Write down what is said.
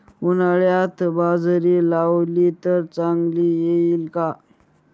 उन्हाळ्यात बाजरी लावली तर चांगली येईल का?